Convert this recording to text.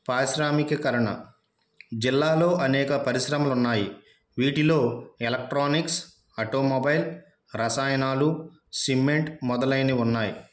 పారిశ్రామికీకరణ జిల్లాలో అనేక పరిశ్రమలు ఉన్నాయి వీటిలో ఎలక్ట్రానిక్స్ ఆటోమొబైల్ రసాయనాలు సిమెంట్ మొదలైనవి ఉన్నాయి